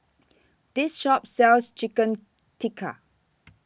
This Shop sells Chicken Tikka